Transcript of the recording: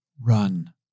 Run